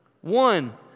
one